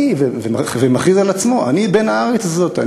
אני, הוא מכריז על עצמו, בן הארץ הזאת.